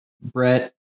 brett